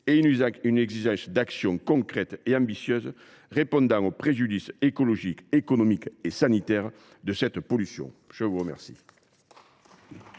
et une exigence d’action concrète et ambitieuse répondant au préjudice écologique, économique et sanitaire issu de cette pollution. La parole